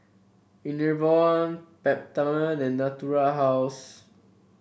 Enervon Peptamen and Natura House